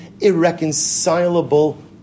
irreconcilable